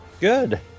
Good